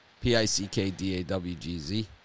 P-I-C-K-D-A-W-G-Z